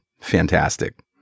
fantastic